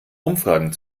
umfragen